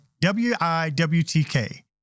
W-I-W-T-K